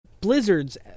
blizzards